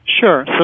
Sure